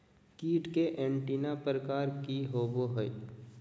कीट के एंटीना प्रकार कि होवय हैय?